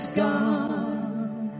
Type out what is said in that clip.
gone